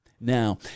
Now